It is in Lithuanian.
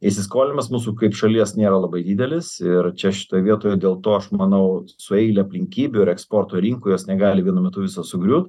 įsiskolinimas mūsų kaip šalies nėra labai didelis ir čia šitoj vietoje dėl to aš manau su eile aplinkybių ir eksporto rinkų jos negali vienu metu visos sugriūt